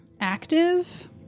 active